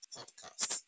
Podcast